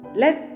let